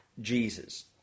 Jesus